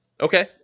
Okay